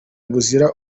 buzira